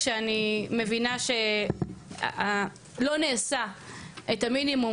כשאני מבינה שלא נעשה המינימום,